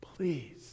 Please